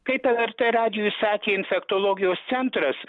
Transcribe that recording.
kaip lrt radijui sakė infektologijos centras